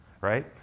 right